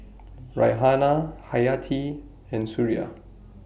Raihana Hayati and Suria